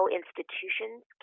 institutions